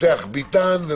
ופותח ביתן.